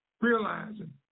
realizing